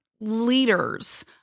leaders